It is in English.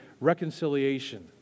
reconciliation